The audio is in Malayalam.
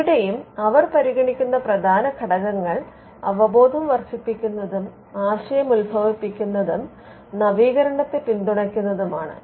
ഇവിടെയും അവർ പരിഗണിക്കുന്ന പ്രധാന ഘടകങ്ങൾ അവബോധം വർദ്ധിപ്പിക്കുന്നതും ആശയം ഉത്ഭവിപ്പിക്കുന്നതും നവീകരണത്തെ പിന്തുണയ്ക്കുന്നതുമാണ്